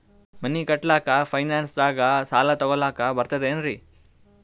ಮನಿ ಕಟ್ಲಕ್ಕ ಫೈನಾನ್ಸ್ ದಾಗ ಸಾಲ ತೊಗೊಲಕ ಬರ್ತದೇನ್ರಿ?